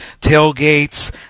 tailgates